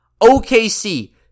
OKC